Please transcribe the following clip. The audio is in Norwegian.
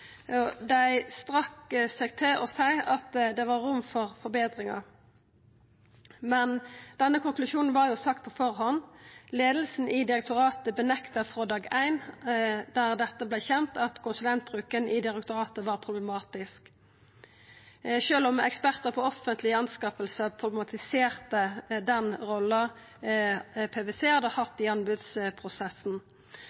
Dei strekte seg til å seia at det var rom for forbetringar. Men denne konklusjonen var jo sagd på førehand. Leiinga i direktoratet nekta frå dag éin, da dette vart kjent, for at konsulentbruken i direktoratet var problematisk, sjølv om ekspertar på offentlege anskaffingar problematiserte den rolla